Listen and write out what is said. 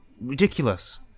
ridiculous